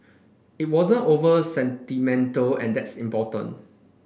it wasn't over sentimental and that's important